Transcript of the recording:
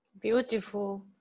beautiful